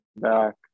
back